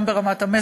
גם ברמת המסר,